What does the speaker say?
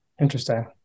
Interesting